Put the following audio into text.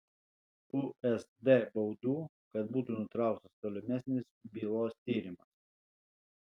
usd baudų kad būtų nutrauktas tolimesnis bylos tyrimas